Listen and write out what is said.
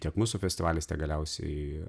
tiek mūsų festivalis tiek galiausiai